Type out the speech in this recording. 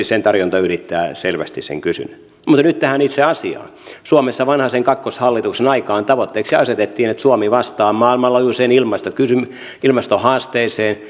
sen tarjonta ylittää selvästi sen kysynnän mutta nyt tähän itse asiaan suomessa vanhasen kakkoshallituksen aikaan tavoitteeksi asetettiin että suomi vastaa maailmanlaajuiseen ilmastohaasteeseen